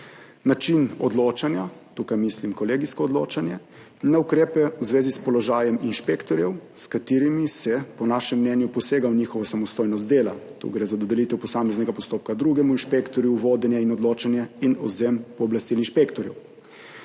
način odločanja, tukaj mislim kolegijsko odločanje, na ukrepe v zvezi s položajem inšpektorjev, s katerimi se po našem mnenju posega v njihovo samostojnost dela, tu gre za dodelitev posameznega postopka drugemu inšpektorju, vodenje, odločanje in odvzem pooblastil inšpektorju.